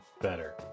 better